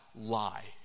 lie